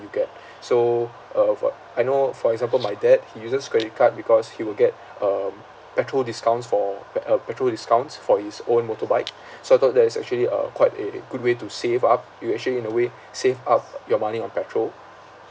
you get so uh what I know for example my dad he uses credit card because he will get um petrol discounts for uh petrol discounts for his own motorbike so I thought that is actually a quite a good way to save up you actually in a way save up your money on petrol